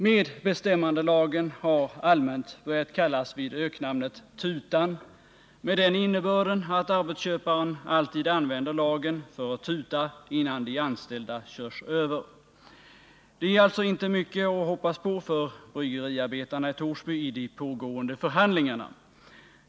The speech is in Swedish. Medbestämmandelagen har allmänt börjat kallas vid öknamnet ”tutan” med den innebörden att arbetsköparen alltid använder lagen för att tuta innan de anställda körs över. Det är alltså inte mycket att hoppas på för bryggeriarbetarna i Torsby i de pågående förhandlingarna.